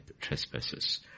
trespasses